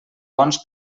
bons